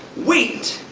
wheat,